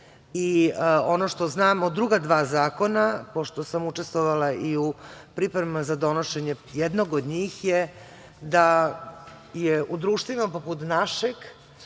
što znam o druga dva zakona, pošto sam učestvovala i u pripremama za donošenje jednog od njih, je da je u društvima poput našeg